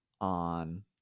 on